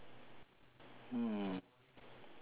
hmm